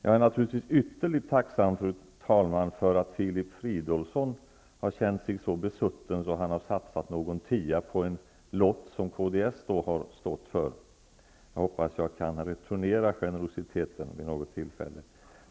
Jag är naturligtvis ytterligt tacksam, fru talman, för att Filip Fridolfsson har känt sig så besutten att han satsat någon tia på en lott som kds har stått bakom. Jag hoppas att jag kan returnera generositeten vid något tillfälle.